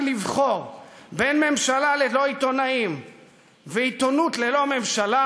לבחור בין ממשלה ללא עיתונאים ועיתונות ללא ממשלה,